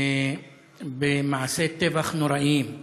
במעשי טבח נוראיים.